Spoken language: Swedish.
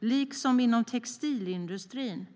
liksom en efterfrågan från textilindustrin.